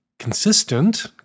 consistent